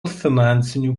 finansinių